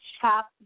chop